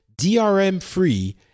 DRM-free